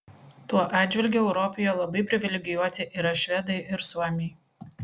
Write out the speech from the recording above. tuo atžvilgiu europoje labai privilegijuoti yra švedai ir suomiai